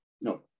No